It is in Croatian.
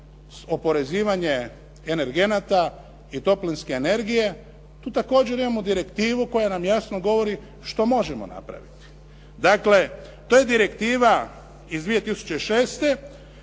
oporezivanje energenata i toplinske energije tu također imamo direktivu koja nam jasno govori što možemo napraviti. Dakle, to je Direktiva iz 2006.